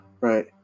right